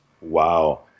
Wow